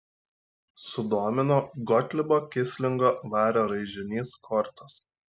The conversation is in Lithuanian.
sudomino gotlibo kislingo vario raižinys kortos